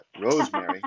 Rosemary